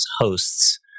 hosts